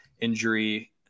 injury